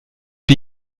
wie